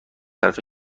طرف